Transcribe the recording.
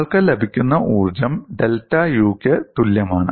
നിങ്ങൾക്ക് ലഭിക്കുന്ന ഊർജ്ജം ഡെൽറ്റ Uക്ക് തുല്യമാണ്